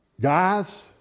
Guys